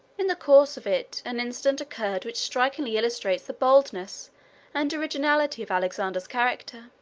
in the course of it, an incident occurred which strikingly illustrates the boldness and originality of alexander's character.